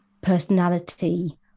personality